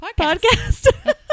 podcast